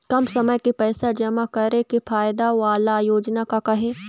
कम समय के पैसे जमा करे के फायदा वाला योजना का का हे?